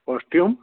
costume